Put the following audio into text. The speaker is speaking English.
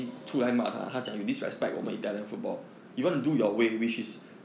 oh